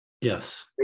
Yes